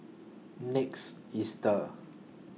next Easter